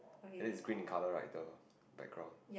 and it's green in colour right the background